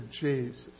Jesus